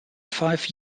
five